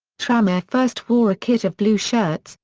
tranmere first wore a kit of blue shirts,